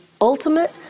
ultimate